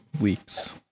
weeks